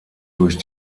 durch